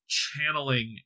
channeling